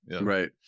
Right